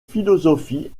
philosophie